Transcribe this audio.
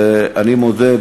ואני מודה,